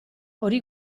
hori